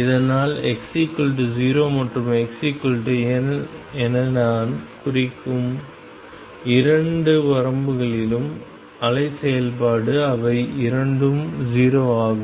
இதனால் x0 மற்றும் xL என நான் குறிக்கும் இரண்டு விளிம்புகளிலும் அலை செயல்பாடு அவை இரண்டும் 0 ஆகும்